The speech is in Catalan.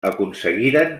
aconseguiren